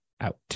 out